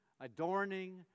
adorning